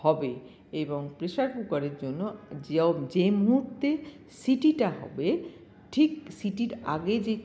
হবে এবং প্রেসার কুকারের জন্য যে যেই মুহূর্তে সিটিটা হবে ঠিক সিটির আগে যে